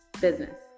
business